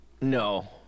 No